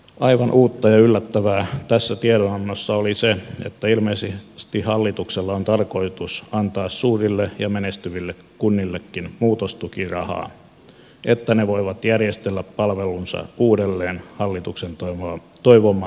aivan uutta ja yllättävää tässä tiedonannossa oli se että ilmeisesti hallituksella on tarkoitus antaa suurille ja menestyville kunnillekin muutostukirahaa että ne voivat järjestellä palvelunsa uudelleen hallituksen toivomalla tavalla